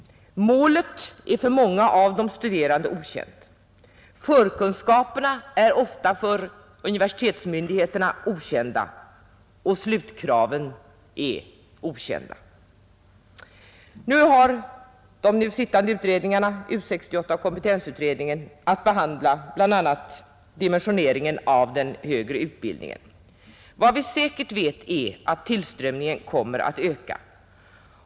Målet är för många av de studerande okänt. Förkunskaperna är ofta för universitetsmyndigheterna okända, och slutkraven är okända. Nu har de sittande utredningarna — U 68 och kompetensutredningen — att behandla bl.a. dimensioneringen av den högre utbildningen. Vad vi säkert vet är att tillströmningen kommer att öka.